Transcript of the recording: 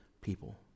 people